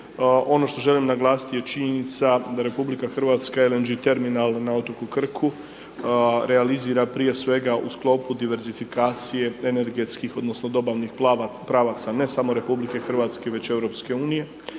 Ono što želim naglasiti je činjenica da RH LNG terminal na otoku Krku realizira prije svega u sklopu diverzifikacije energetskih odnosno dobavnih pravaca ne samo RH već EU. Imajući